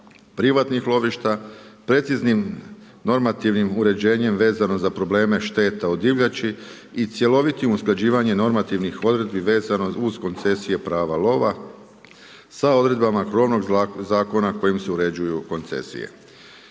privatnih lovišta, preciznim normativnim uređenjem vezano za probleme šteta od divljači i cjelovitih usklađivanjem normativnih odredbi, vezanih uz koncesije prava lova sa odredbama krovnog zakona kojim se uređuju koncesije.